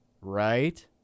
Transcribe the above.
Right